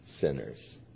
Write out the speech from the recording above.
sinners